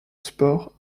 sport